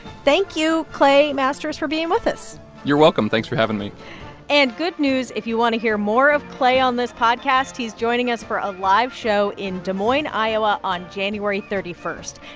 thank you, clay masters, for being with us you're welcome. thanks for having me and good news if you want to hear more of clay on this podcast, he's joining us for a live show in des moines, iowa, on january thirty one.